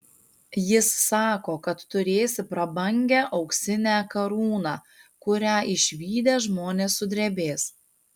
jis sako kad turėsi prabangią auksinę karūną kurią išvydę žmonės sudrebės